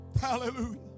Hallelujah